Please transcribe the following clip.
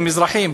הם אזרחים,